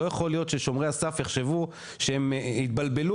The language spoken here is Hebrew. לא יכול להיות ששומרי הסף יחשבו שהם יתבלבלו